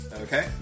Okay